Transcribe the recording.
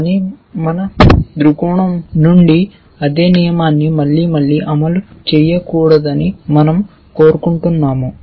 కానీ మన దృక్కోణం నుండి అదే నియమాన్ని మళ్లీ మళ్లీ అమలు చేయకూడదని మనం కోరుకుంటున్నాము